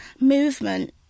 movement